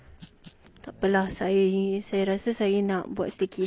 tak apa lah saya rasa saya nak buat staycation nanti